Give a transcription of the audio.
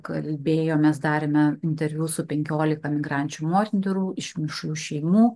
kalbėjomės darėme interviu su penkiolika migrančių moterų iš mišrių šeimų